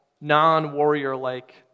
non-warrior-like